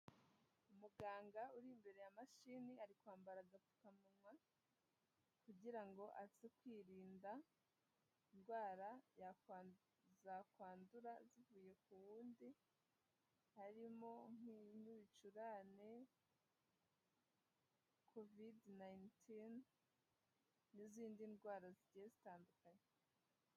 Umuganga uri imbere ya mashini ari kwambara agapfukamunwa kugira ngo aze kwirinda indwara zakwandura zivuye ku wundi harimo nk'ibicurane, covid nineteen n'izindi ndwara zigiye zitandukanye.